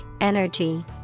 energy